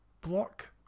block